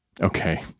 Okay